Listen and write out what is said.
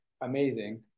amazing